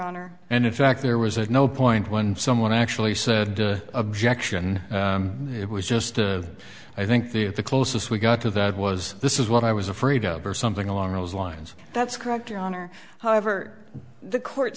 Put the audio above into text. honor and in fact there was no point when someone actually said objection it was just i think the if the closest we got to that was this is what i was afraid of or something along those lines that's correct your honor however the court